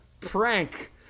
prank